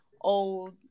old